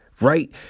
right